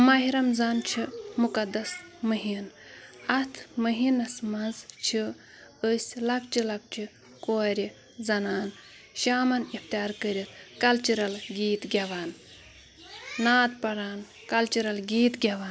ماہِ رمضان چھِ مُقدس مٔہیٖن اَتھ مٔہیٖنَس منٛز چھِ أسۍ لۄکچہِ لۄکچہِ کورِ زَنان شامَن اِفتِیار کٔرِتھ کَلچرَل گیٖت گٮ۪وان نعت پَران کَلچرَل گیٖت گٮ۪وان